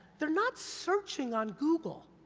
they're not searching on google.